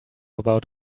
about